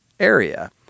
area